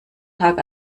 tag